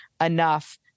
enough